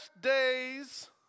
days